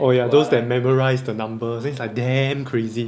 oh ya those that memorise the numbers then is like damn crazy